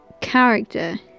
character